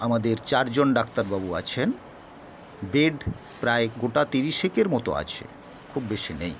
আমাদের চারজন ডাক্তারবাবু আছেন বেড প্রায় গোটা তিরিশেকের মতো আছে খুব বেশি নেই